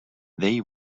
they